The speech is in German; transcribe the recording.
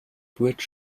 bridge